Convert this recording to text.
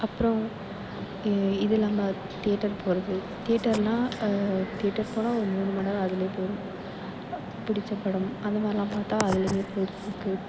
அப்புறோம் இதில்லாமல் தியேட்டர் போவது தியேட்டர்ன்னால் தியேட்டர் போனால் ஒரு மூணு மணி நேரம் அதுலயே போய்டும் புடிச்ச படம் அந்தமாதிரிலாம் பார்த்தா அதெல்லாம் பொழுதுபோக்கு